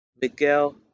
Miguel